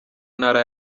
ntara